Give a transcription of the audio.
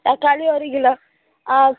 தக்காளி ஒரு கிலோ ஆ